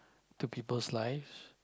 to people's life